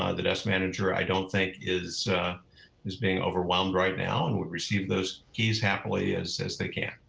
ah the desk manager, i don't think is is being overwhelmed right now and will receive those keys happily as as they can.